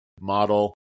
model